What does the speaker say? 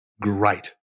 Great